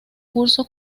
curso